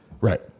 Right